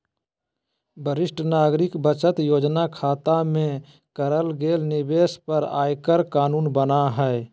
वरिष्ठ नागरिक बचत योजना खता में करल गेल निवेश पर आयकर कानून बना हइ